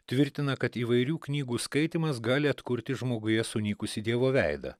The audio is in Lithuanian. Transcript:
tvirtina kad įvairių knygų skaitymas gali atkurti žmoguje sunykusį dievo veidą